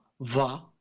Va